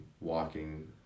walking